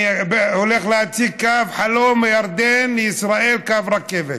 אני הולך להציג קו חלום, מירדן לישראל, קו רכבת.